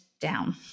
down